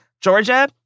georgia